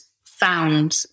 found